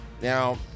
Now